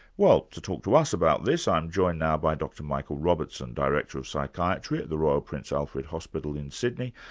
well to talk to us about this, i'm joined now by dr michael robertson, director of psychiatry at the royal prince alfred hospital in sydney,